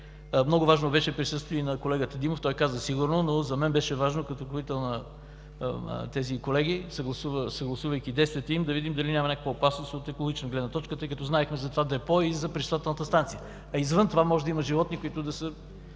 Много важно беше присъствието и на колегата Димов. Той каза сигурно, но за мен беше важно като ръководител на тези колеги, съгласувайки действията им, да видим дали няма някаква опасност от екологична гледна точка, тъй като знаехме за това депо и за пречиствателната станция. А извън това може да има животни, които да са